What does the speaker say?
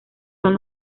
son